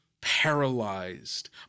paralyzed